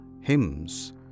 hymns